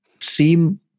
seem